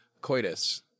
coitus